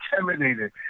intimidated